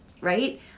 right